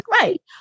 Right